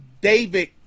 David